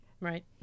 right